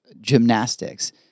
gymnastics